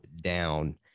down